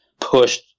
pushed